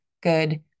good